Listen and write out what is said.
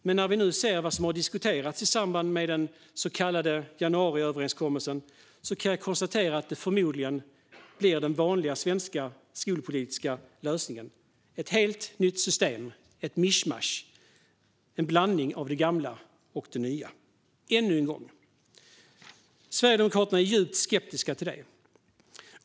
Men när vi nu ser vad som diskuterats i samband med den så kallade januariöverenskommelsen kan jag konstatera att det förmodligen blir den vanliga svenska skolpolitiska lösningen, det vill säga ett helt nytt system, ett mischmasch, en blandning av det gamla och det nya - ännu en gång. Sverigedemokraterna är djupt skeptiska till detta.